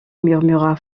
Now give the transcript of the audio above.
murmura